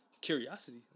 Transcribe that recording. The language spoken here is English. curiosity